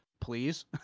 please